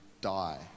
die